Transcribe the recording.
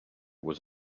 was